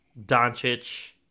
Doncic